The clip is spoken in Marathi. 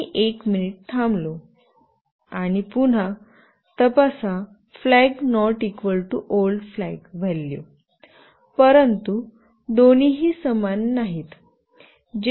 आम्ही एक मिनिट थांबलो आणि पुन्हा तपासा flag not equal to old flag old flag value परंतु दोन्हीही समान नाहीत